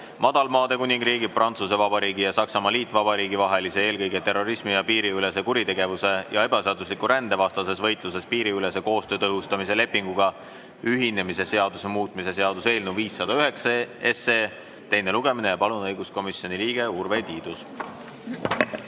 Madalmaade Kuningriigi, Prantsuse Vabariigi ja Saksamaa Liitvabariigi vahelise eelkõige terrorismi‑, piiriülese kuritegevuse ja ebaseadusliku rände vastases võitluses piiriülese koostöö tõhustamise lepinguga ühinemise seaduse muutmise seaduse eelnõu 509 teine lugemine. Palun, õiguskomisjoni liige Urve Tiidus!